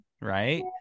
right